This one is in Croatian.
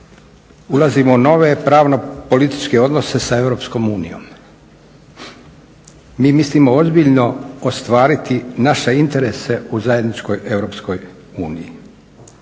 ulazimo u nove pravno političke odnose sa EU. Mi mislimo ozbiljno ostvariti naše interese u zajedničkoj EU.